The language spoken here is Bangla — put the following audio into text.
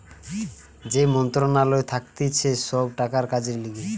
যেই মন্ত্রণালয় থাকতিছে সব টাকার কাজের লিগে